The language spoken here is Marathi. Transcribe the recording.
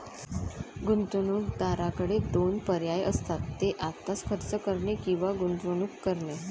गुंतवणूकदाराकडे दोन पर्याय असतात, ते आत्ताच खर्च करणे किंवा गुंतवणूक करणे